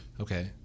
Okay